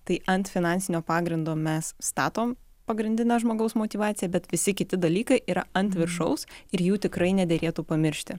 tai ant finansinio pagrindo mes statom pagrindinę žmogaus motyvaciją bet visi kiti dalykai yra ant viršaus ir jų tikrai nederėtų pamiršti